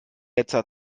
letzter